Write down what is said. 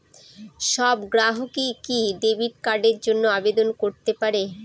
সব গ্রাহকই কি ডেবিট কার্ডের জন্য আবেদন করতে পারে?